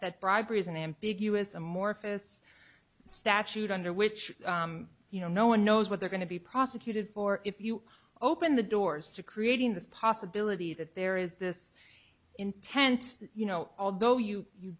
that bribery is an ambiguous amorphous statute under which you know no one knows what they're going to be prosecuted for if you open the doors to creating this possibility that there is this intent you know although you you